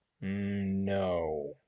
no